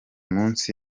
munsi